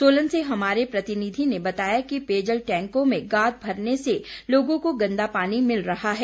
सोलन से हमारे प्रतिनिधि ने बताया कि पेयजल टैंकों में गाद भरने से लोगों को गंदा पानी मिल रहा है